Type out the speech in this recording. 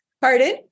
Pardon